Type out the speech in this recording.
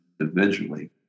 individually